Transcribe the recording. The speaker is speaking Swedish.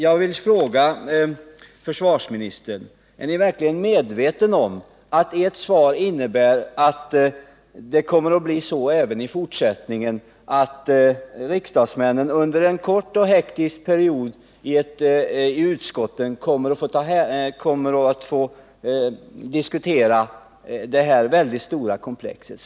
Jag vill fråga försvarsministern: Är ni verkligen medveten om att ert svar innebär att det även i fortsättningen kommer att bli så att riksdagsmännen under en kort och hektisk period i utskotten diskuterar detta väldigt stora komplex?